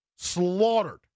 slaughtered